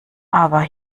aber